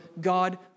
God